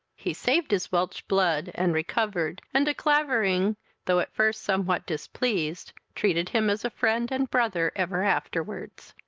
he saved his welch blood, and recovered, and de clavering though at first somewhat displeased, treated him as a friend and brother ever afterwards.